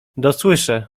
dosłyszę